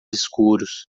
escuros